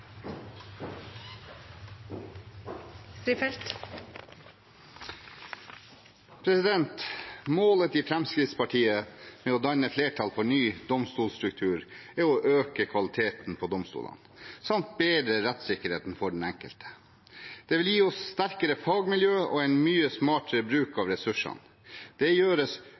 å øke kvaliteten på domstolene samt bedre rettssikkerheten for den enkelte. Det vil gi oss sterkere fagmiljøer og en mye smartere bruk av ressursene. Det gjøres